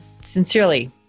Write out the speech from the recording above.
sincerely